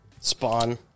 Spawn